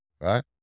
right